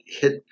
Hit